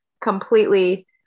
completely